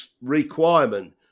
requirement